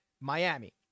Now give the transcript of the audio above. Miami